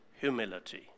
humility